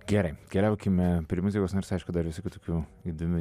gerai keliaukime prie muzikos nors aišku dar visokių tokių įdomių